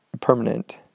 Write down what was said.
permanent